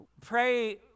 Pray